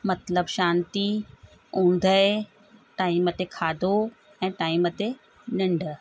मतिलबु शांति उंदहि टाइम ते खाधो ऐं टाइम ते निंढ